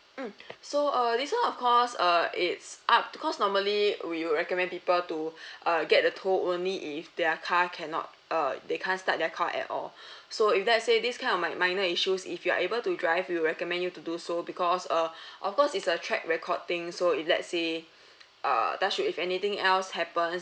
mm so uh this one of course uh it's up because normally we will recommend people to uh get the tow only if their car cannot err they can't start their car at all so if let's say this kind of mi~ minor issues if you are able to drive we will recommend you to do so because uh of course it's a track record thing so if let's say err touch wood if anything else happens